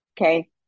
Okay